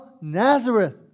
Nazareth